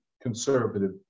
conservative